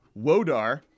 Wodar